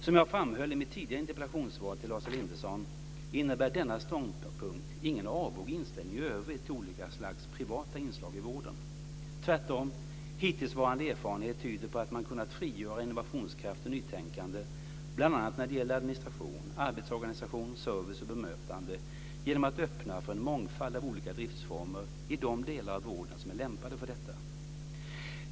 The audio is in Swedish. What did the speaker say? Som jag framhöll i mitt tidigare interpellationssvar till Lars Elinderson innebär denna ståndpunkt ingen avog inställning i övrigt till olika slags privata inslag i vården. Tvärtom, hittillsvarande erfarenheter tyder på att man kunnat frigöra innovationskraft och nytänkande, bl.a. när det gäller administration, arbetsorganisation, service och bemötande, genom att öppna för en mångfald av olika driftSformer i de delar av vården som är lämpade för detta.